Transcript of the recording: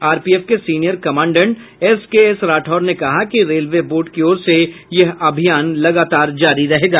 RPF के senior commandant SKS Rathore ने कहा कि रेलवे बोर्ड की ओर से यह अभियान लगातार जारी रहेगा